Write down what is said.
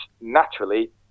naturally